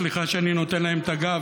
סליחה שאני נותן להם את הגב,